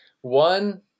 one